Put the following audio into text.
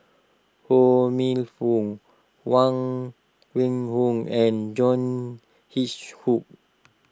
Ho Minfong Huang Wenhong and John